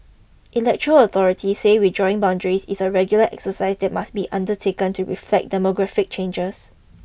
electoral authorities say redrawing boundaries is a regular exercise that must be undertaken to reflect demographic changes